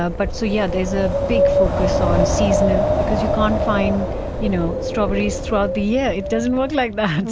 ah but so, yeah there is a big focus on seasonal because you cannot find you know strawberries throughout the year, it doesn't work like that.